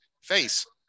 face